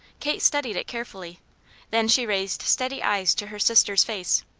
kate studied it carefully then she raised steady eyes to her sister's face.